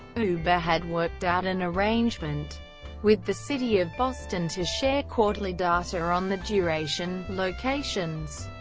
uber had worked out an arrangement with the city of boston to share quarterly data on the duration, locations,